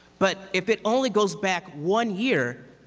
but if it only goes back one year,